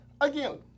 again